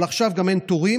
אבל עכשיו גם אין תורים,